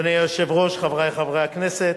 אדוני היושב-ראש, חברי חברי הכנסת,